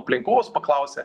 aplinkos paklausė